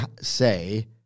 say